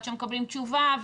ועד שמקבלים תשובה,